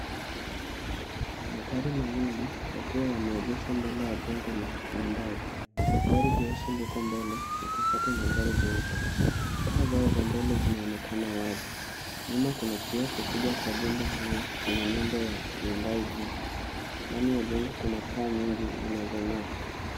Magari mawili yakiwa yameegeshwa mbele ya jengo la Hyundai. Gari jeusi liko mbele likifuatwa na gari jeupe taa zao za mbele zinaonekana wazi. Nyuma kuna kioo kikubwa cha jumba hiyo chenye nembo ya Hyundai juu. Ndani ya jengo kuna taa nyingi zinazong'aa.